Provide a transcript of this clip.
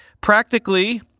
Practically